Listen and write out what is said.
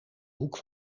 hoek